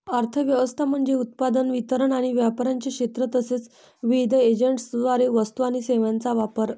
अर्थ व्यवस्था म्हणजे उत्पादन, वितरण आणि व्यापाराचे क्षेत्र तसेच विविध एजंट्सद्वारे वस्तू आणि सेवांचा वापर